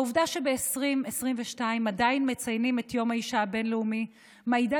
העובדה שב-2022 עדיין מציינים את יום האישה הבין-לאומי מעידה